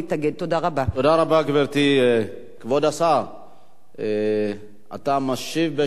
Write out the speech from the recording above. כבוד השר, אתה משיב בשם שר התמ"ת, אני מבין, נכון?